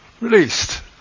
released